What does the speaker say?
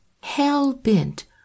Hell-bent